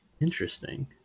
Interesting